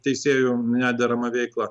teisėjų nederamą veiklą